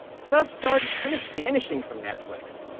stuff started kind of vanishing from netflix,